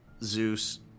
Zeus